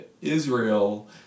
Israel